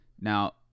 Now